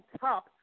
top